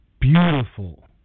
beautiful